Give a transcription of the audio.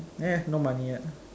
eh no money yet